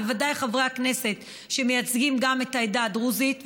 בוודאי חברי הכנסת שמייצגים את העדה הדרוזית,